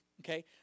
Okay